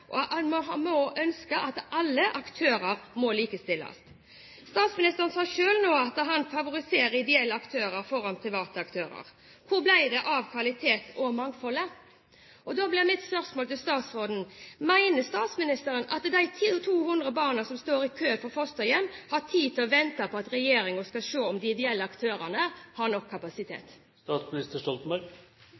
og en må ønske at alle aktører må likestilles. Statsministeren sa selv nå at han favoriserer ideelle aktører foran private aktører. Hvor ble det av kvaliteten og mangfoldet? Da blir mitt spørsmål til statsministeren: Mener statsministeren at de 200 barna som står i kø for fosterhjem, har tid til å vente på at regjeringen skal se om de ideelle aktørene har nok kapasitet?